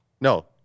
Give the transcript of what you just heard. No